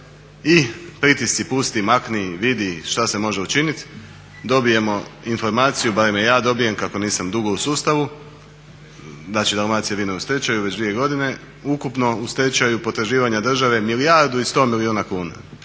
I pritisci pusti, makni, vidi šta se može učinit dobijemo informaciju, barem je ja dobijem kako nisam dugo u sustavu, znači Dalmacija vino je u stečaju već 2 godine, ukupno u stečaju potraživanja države milijardu i sto milijuna kuna,